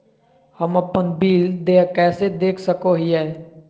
हम अपन बिल देय कैसे देख सको हियै?